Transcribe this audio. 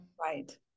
Right